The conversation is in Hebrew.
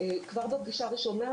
כבר בפגישה הראשונה,